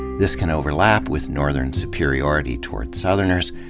this can overlap with northern superiority toward southerners,